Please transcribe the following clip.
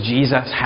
Jesus